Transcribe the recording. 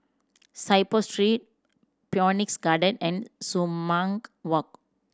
Saiboo Street Phoenix Garden and Sumang Walk